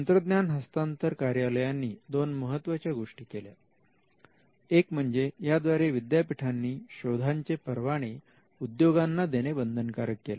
तंत्रज्ञान हस्तांतर कार्यालयांनी दोन महत्त्वाच्या गोष्टी केल्या एक म्हणजे याद्वारे विद्यापीठांनी शोधांचे परवाने उद्योगांना देणे बंधनकारक केले